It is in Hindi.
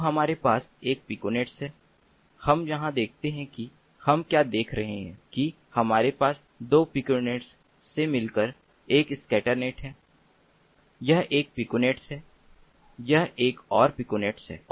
तो हमारे पास एक पिकोनेट्स है हम यहां देखते हैं कि हम क्या देख रहे हैं कि हमारे पास 2 पिकोनेट से मिलकर एक स्कैटर नेट है यह एक पिकोनेट है यह एक और पिकोनेट है